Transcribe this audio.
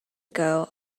ago